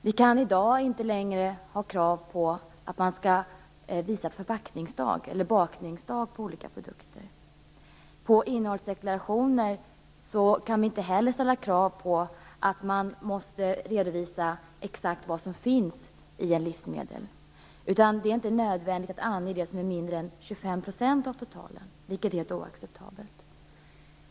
Vi kan i dag inte längre ha krav på att man skall visa förpacknings eller bakningsdag på olika produkter. Vi kan inte heller ställa krav på att man på innehållsdeklarationen exakt skall redovisa vad som finns i ett livsmedel. Det är inte nödvändigt att ange det som utgör mindre än 25 % totalen, vilket är helt oacceptabelt.